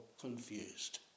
confused